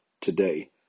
today